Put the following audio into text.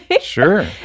Sure